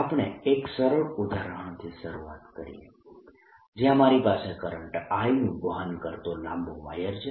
આપણે એક સરળ ઉદાહરણથી શરૂઆત કરીએ જયાં મારી પાસે કરંટ I નું વહન કરતો લાંબો વાયર છે